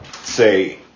say